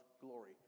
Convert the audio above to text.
glory